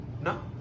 No